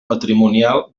patrimonial